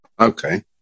Okay